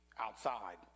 outside